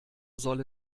soll